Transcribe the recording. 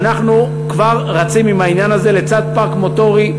ואנחנו כבר רצים עם העניין לצד פארק מוטורי,